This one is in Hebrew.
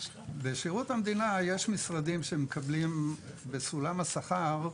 בשירות המדינה ישנם משרדים שמקבלים בסולם השכר,